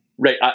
Right